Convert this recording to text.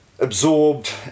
absorbed